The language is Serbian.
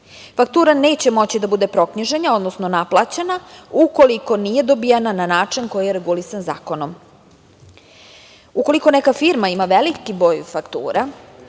Faktura neće moći da bude proknjižena, odnosno naplaćena ukoliko nije dobijena na način koji je regulisan zakonom. Ukoliko neka firma ima veliki broj faktura